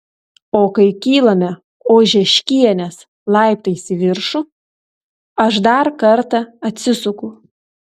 o kai kylame ožeškienės laiptais į viršų aš dar kartą atsisuku